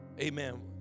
Amen